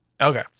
Okay